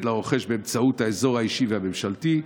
לרוכש באמצעות האזור האישי בממשלתי.